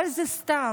אבל זה סתם,